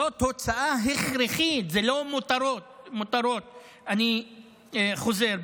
זאת הוצאה הכרחית, זה לא מותרות, אני חוזר.